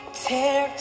tear